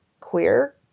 queer